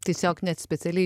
tiesiog net specialiai